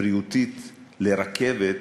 והבריאותית לרכבת,